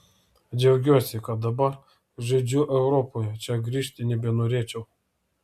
džiaugiuosi kad dabar žaidžiu europoje čia grįžti nebenorėčiau